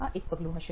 આ એક પગલું હશે